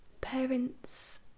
Parents